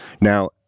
Now